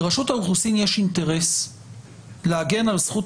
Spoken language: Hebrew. לרשות האוכלוסין יש אינטרס להגן על זכות